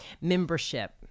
membership